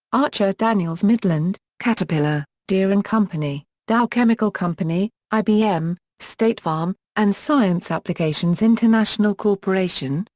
archer daniels midland, caterpillar, deere and company, dow chemical company, ibm, state farm, and science applications international corporation,